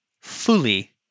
fully